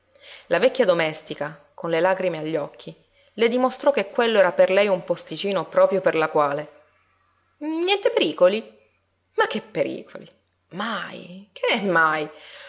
la vecchia domestica con le lagrime agli occhi le dimostrò che quello era per lei un posticino proprio per la quale niente pericoli ma che pericoli mai che è mai